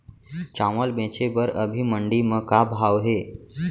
चांवल बेचे बर अभी मंडी म का भाव हे?